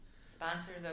Sponsors